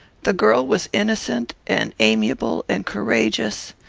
the girl was innocent, and amiable, and courageous,